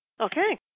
Okay